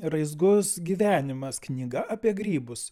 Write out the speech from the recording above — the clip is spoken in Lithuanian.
raizgus gyvenimas knyga apie grybus